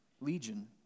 Legion